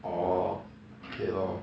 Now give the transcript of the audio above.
orh okay lor